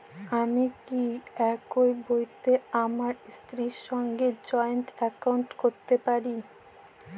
আমি কি একই বইতে আমার স্ত্রীর সঙ্গে জয়েন্ট একাউন্ট করতে পারি?